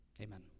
Amen